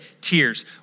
tears